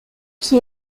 qui